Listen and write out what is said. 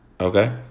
Okay